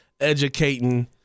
educating